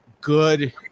good